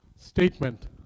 statement